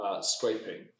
scraping